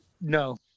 No